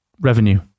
revenue